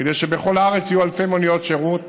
כדי שבכל הארץ יהיו אלפי מוניות שירות,